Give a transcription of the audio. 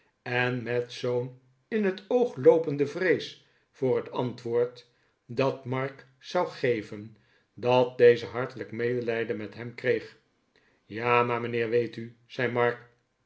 en met zoo'n in het oog ioopende vrees voor het antwoord dat mark zou geven dat deze hartelijk medelijden met hem kreeg ja maar mijnheer weet u zei mark